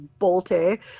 bolte